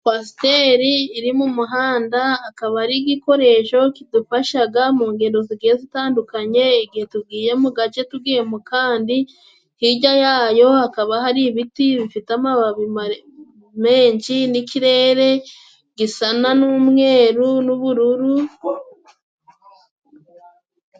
Kwasiteri iri mu muhanda, akaba ari igikoresho kidufashaga mu ngendo zigenda zitandukanye, igihe tugiye mu gace tugiye mu kandi. Hirya yayo hakaba hari ibiti bifite amababi menshi n'ikirere gisana n'umweru n'ubururu.